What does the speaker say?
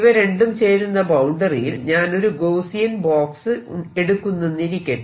ഇവ രണ്ടും ചേരുന്ന ബൌണ്ടറിയിൽ ഞാൻ ഒരു ഗോസിയൻ ബോക്സ് എടുക്കുന്നെന്നിരിക്കട്ടെ